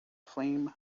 flame